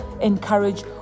encourage